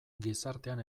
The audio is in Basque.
gizartean